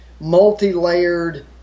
multi-layered